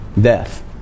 death